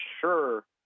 sure